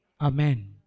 Amen